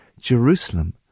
Jerusalem